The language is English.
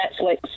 Netflix